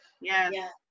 yes